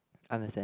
understand